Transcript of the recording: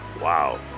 Wow